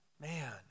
Man